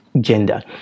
gender